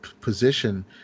position